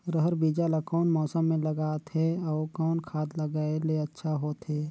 रहर बीजा ला कौन मौसम मे लगाथे अउ कौन खाद लगायेले अच्छा होथे?